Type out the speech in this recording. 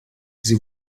sie